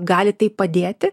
gali taip padėti